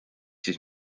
siis